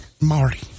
Marty